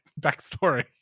backstory